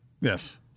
Yes